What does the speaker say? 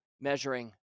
measuring